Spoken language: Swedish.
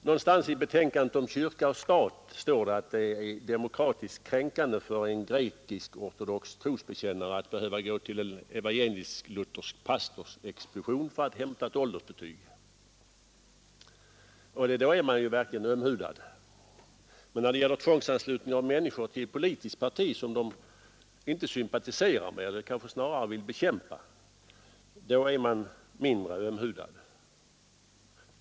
Någonstans i betänkandet om kyrka och stat står det att det är demokratiskt kränkande för en grekisk-ortodox trosbekännare att behöva gå till en lutersk-evangelisk pastorsexpedition för att hämta ett åldersbetyg. I det fallet är man verkligen ömhudad, men när det gäller tvångsanslutning av människor till ett politiskt parti, som de inte sympatiserar med eller kanske snarare vill bekämpa, är man mindre ömhudad!